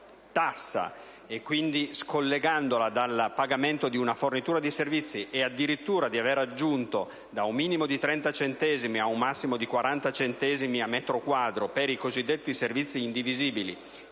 tassa, scollegandolo dal pagamento di una fornitura di servizi, e addirittura di aver aggiunto da un minimo di 30 centesimi ad un massimo di 40 centesimi al metro quadrato per i cosiddetti servizi indivisibili,